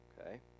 Okay